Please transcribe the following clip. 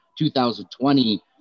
2020